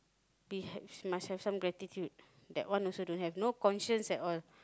be have must have some gratitude that one also don't have no conscience at all